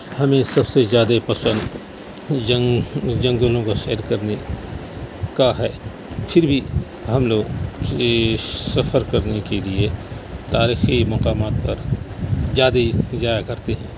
ہمیں سب سے زیادہ پسند جنگ جنگلوں کا سیر کرنے کا ہے پھر بھی ہم لوگ سفر کرنے کے لیے تاریخی مقامات پر زیادہ جایا کرتے ہیں